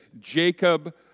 Jacob